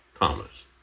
Thomas